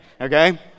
okay